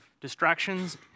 distractions